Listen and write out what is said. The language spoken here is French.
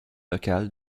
locales